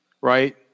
right